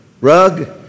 rug